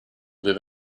live